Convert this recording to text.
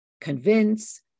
convince